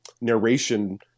narration